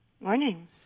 Morning